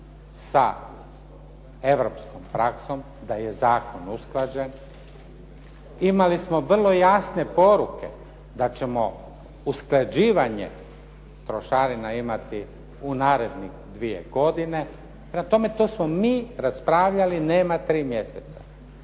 sa europskom praksom, da je zakon usklađen. Imali smo vrlo jasne poruke da ćemo usklađivanje trošarina imati u narednih 2 godine, prema tome to smo mi raspravljali, nema 3 mjeseca.